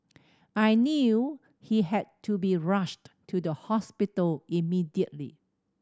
I knew he had to be rushed to the hospital immediately